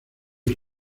hay